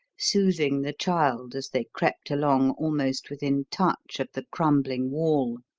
soothing the child as they crept along almost within touch of the crumbling wall.